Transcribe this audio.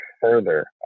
further